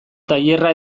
tailerra